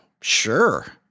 sure